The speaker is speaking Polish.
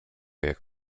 jak